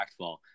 impactful